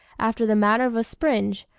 after the manner of a springe,